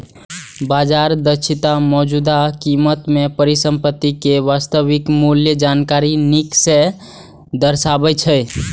बाजार दक्षता मौजूदा कीमत मे परिसंपत्ति के वास्तविक मूल्यक जानकारी नीक सं दर्शाबै छै